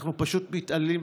אנחנו פשוט מתעללים,